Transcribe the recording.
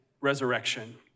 resurrection